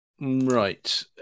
Right